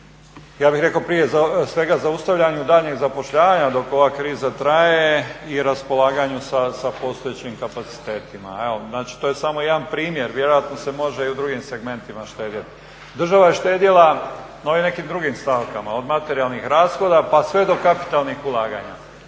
ja bih rekao prije svega zaustavljanju daljnjeg zapošljavanja dok ova kriza traje i raspolaganju sa postojećim kapacitetima. Evo, znači to je samo jedan primjer, vjerojatno se može i u drugim segmentima štedjeti. Država je štedjela na ovim nekim drugim stavkama, od materijalnih rashoda pa sve do kapitalnih ulaganja.